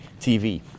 TV